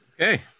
Okay